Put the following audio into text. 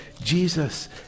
Jesus